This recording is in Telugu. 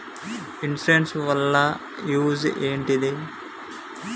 ఇన్సూరెన్స్ వాళ్ల యూజ్ ఏంటిది?